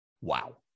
Wow